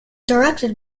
directed